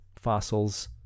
fossils